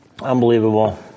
Unbelievable